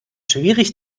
schwierig